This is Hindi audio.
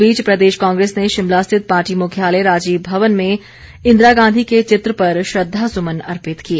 इस बीच प्रदेश कांगेस ने शिमला स्थित पार्टी मुख्यालय राजीव भवन में इंदिरा गांधी के चित्र पर श्रद्वासुमन अर्पित किए